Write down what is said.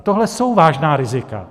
Tohle jsou vážná rizika.